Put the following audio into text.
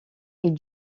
est